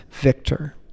victor